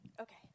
Okay